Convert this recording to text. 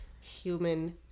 human